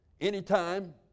Anytime